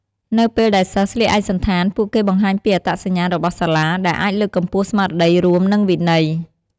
នៅពេលដែលសិស្សស្លៀកឯកសណ្ឋាន ពួកគេបង្ហាញពីអត្តសញ្ញាណរបស់សាលា ដែលអាចលើកកម្ពស់ស្មារតីរួម និងវិន័យ។